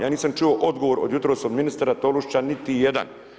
Ja nisam čuo odgovor od jutros od ministra Tolušića niti jedan.